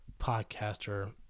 podcaster